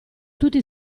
tutti